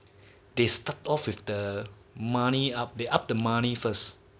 they start off with the money up they up the money first